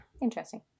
Interesting